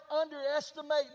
underestimate